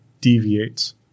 deviates